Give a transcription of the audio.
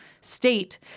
state